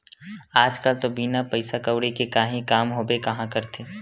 आज कल तो बिना पइसा कउड़ी के काहीं काम होबे काँहा करथे